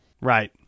Right